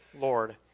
Lord